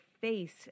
face